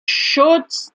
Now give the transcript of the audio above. schutz